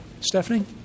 Stephanie